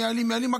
מייעלים,